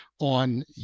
on